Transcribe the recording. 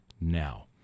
now